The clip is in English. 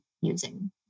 using